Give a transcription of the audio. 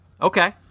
Okay